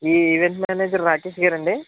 ఈ event manager Rakesh గారా అండి